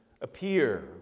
appear